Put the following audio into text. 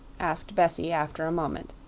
asked bessie after a moment,